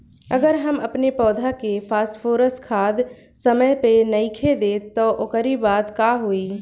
अगर हम अपनी पौधा के फास्फोरस खाद समय पे नइखी देत तअ ओकरी बाद का होई